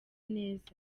neza